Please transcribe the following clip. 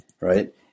Right